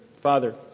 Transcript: Father